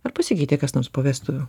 ar pasikeitė kas nors po vestuvių